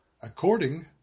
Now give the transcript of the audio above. according